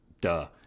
duh